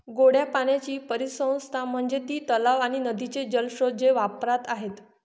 गोड्या पाण्याची परिसंस्था म्हणजे ती तलाव आणि नदीचे जलस्रोत जे वापरात आहेत